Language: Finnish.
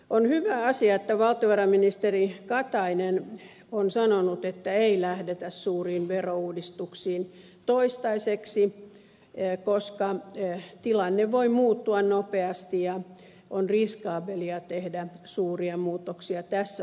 on hyvä asia että valtiovarainministeri katainen on sanonut että ei lähdetä suuriin verouudistuksiin toistaiseksi koska tilanne voi muuttua nopeasti ja on riskaabelia tehdä suuria muutoksia tässä vaiheessa